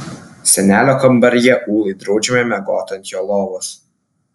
senelio kambaryje ūlai draudžiama miegoti ant jo lovos